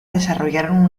desarrollaron